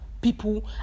people